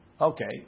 Okay